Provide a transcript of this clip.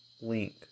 Link